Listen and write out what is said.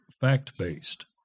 fact-based